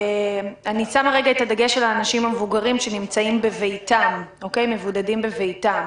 אני שמה לרגע את הדגש על האנשים המבוגרים שנמצאים מבודדים בביתם.